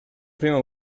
prima